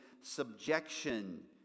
subjection